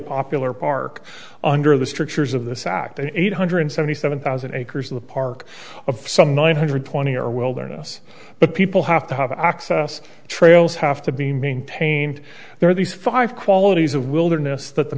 popular park under the strictures of this act eight hundred seventy seven thousand acres of the park of some nine hundred twenty or wilderness but people have to have access trails have to be maintained there are these five qualities of wilderness that the